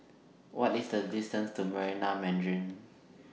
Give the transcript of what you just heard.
What IS The distance to Marina Mandarin